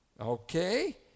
Okay